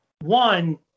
one